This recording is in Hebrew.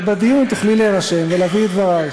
ובדיון תוכלי להירשם ולהביא את דברייך.